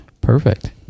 perfect